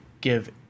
give